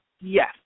Yes